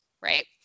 right